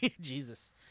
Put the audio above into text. Jesus